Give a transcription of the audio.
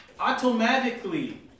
Automatically